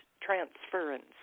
transference